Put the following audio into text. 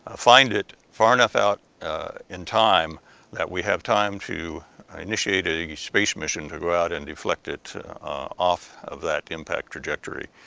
find it far enough out in time that we have time to initiate a space mission to go out an deflect it off of that impact trajectory.